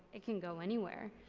it can go anywhere.